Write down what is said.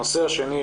הנושא השני,